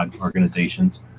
organizations